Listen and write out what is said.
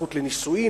הזכות לנישואים,